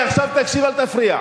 עכשיו תקשיב, אל תפריע.